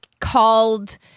Called